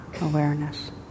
awareness